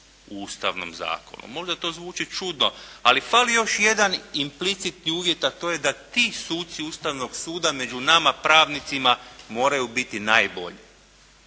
u Ustavnom zakonu. Možda to zvuči čudno, ali fali još jedan implicitni uvjet, a to je da ti suci Ustavnog suda među nama pravnicima moraju biti najbolji.